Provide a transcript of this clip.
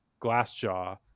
Glassjaw